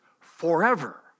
forever